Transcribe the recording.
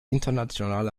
internationale